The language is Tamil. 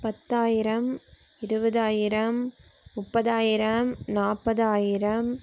பத்தாயிரம் இருபதாயிரம் முப்பதாயிரம் நாற்பதாயிரம்